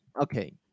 okay